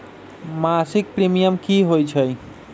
मासिक प्रीमियम की होई छई?